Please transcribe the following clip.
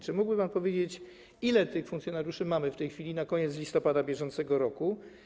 Czy mógłby pan powiedzieć, ilu tych funkcjonariuszy mamy w tej chwili, tj. na koniec listopada br.